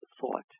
thought